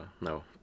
No